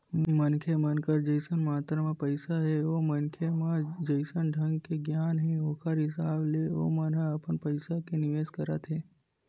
मनखे मन कर जइसन मातरा म पइसा हे ओ मनखे म जइसन ढंग के गियान हे ओखर हिसाब ले ओमन ह अपन पइसा के निवेस करत हे